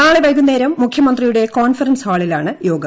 നാളെ വൈകുന്നേരം മുഖ്യമന്ത്രിയുടെ കോൺഫറൻസ് ഹാളിലാണ് യോഗം